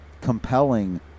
compelling